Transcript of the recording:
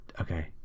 okay